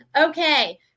Okay